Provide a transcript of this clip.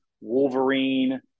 Wolverine